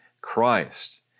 Christ